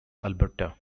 alberta